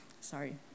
Sorry